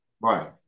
Right